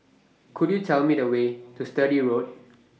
Could YOU Tell Me The Way to Sturdee Road